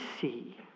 see